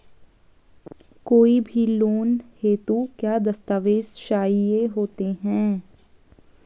कोई भी लोन हेतु क्या दस्तावेज़ चाहिए होते हैं?